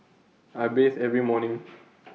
I bathe every morning